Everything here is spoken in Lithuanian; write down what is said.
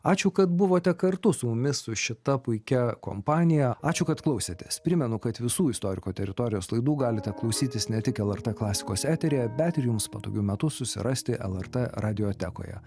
ačiū kad buvote kartu su mumis su šita puikia kompanija ačiū kad klausėtės primenu kad visų istoriko teritorijos laidų galite klausytis ne tik lrt klasikos eteryje bet ir jums patogiu metu susirasti lrt radiotekoje